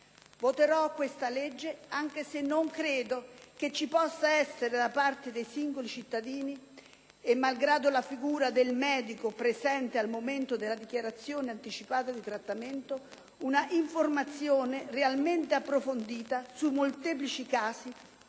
Voterò questa legge anche se non credo che ci possa essere, da parte dei singoli cittadini, e malgrado la figura del medico presente al momento della dichiarazione anticipata di trattamento, una informazione realmente approfondita sui molteplici casi